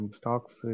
stocks